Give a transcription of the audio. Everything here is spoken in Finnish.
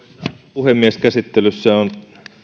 puhemies käsittelyssä on